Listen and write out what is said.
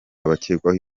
abakekwaho